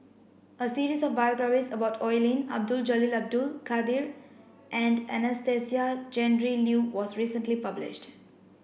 a series of biographies about Oi Lin Abdul Jalil Abdul Kadir and Anastasia Tjendri Liew was recently published